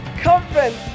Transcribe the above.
Conference